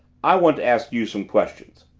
i want to ask you some questions.